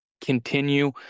continue